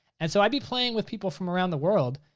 and so i'd be playing with people from around the world,